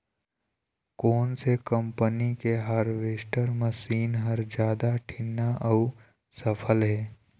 कोन से कम्पनी के हारवेस्टर मशीन हर जादा ठीन्ना अऊ सफल हे?